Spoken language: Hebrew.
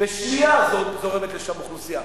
בשנייה זורמת לשם אוכלוסייה.